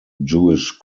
jewish